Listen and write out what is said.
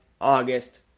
August